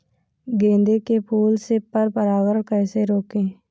गेंदे के फूल से पर परागण कैसे रोकें?